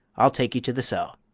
i'll take you to the cell.